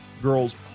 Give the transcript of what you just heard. girls